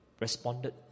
responded